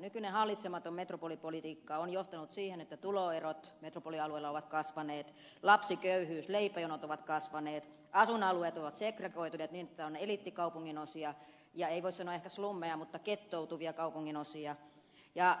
nykyinen hallitsematon metropolipolitiikka on johtanut siihen että tuloerot metropolialueella ovat kasvaneet lapsiköyhyys leipäjonot ovat kasvaneet asuinalueet ovat segregoituneet niin että on eliittikaupunginosia ja ei voi sanoa ehkä slummeja mutta gettoutuvia kaupunginosia ja